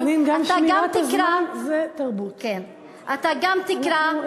אתה גם תקרא,